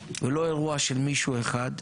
ולא אירוע של מישהו אחד,